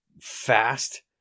fast